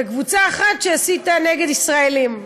וקבוצה אחת שהסיתה נגד ישראלים.